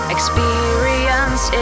Experience